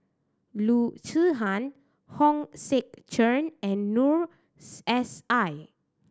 Loo Zihan Hong Sek Chern and Noor S I